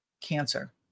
cancer